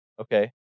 okay